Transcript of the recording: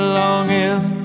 longing